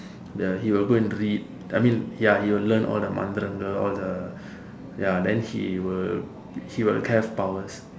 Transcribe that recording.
the he will go and read I mean ya you will learn all the மந்திரங்கள்:mandthirangkal all the ya then he will he will have powers